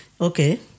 Okay